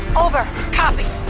over copy.